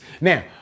Now